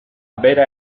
bera